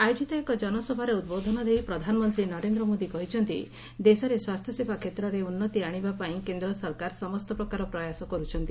ଆୟୋଜିତ ଏକ ଜନସଭାରେ ଉଦ୍ବୋଧନ ଦେଇ ପ୍ରଧାନମନ୍ତ୍ରୀ ନରେନ୍ଦ୍ର ମୋଦି କହିଛନ୍ତି ଦେଶରେ ସ୍ୱାସ୍ଥ୍ୟସେବା କ୍ଷେତ୍ରରେ ଉନ୍ନତି ଆଣିବାପାଇଁ କେନ୍ଦ୍ର ସରକାର ସମସ୍ତ ପ୍ରକାର ପ୍ରୟାସ କରୁଛନ୍ତି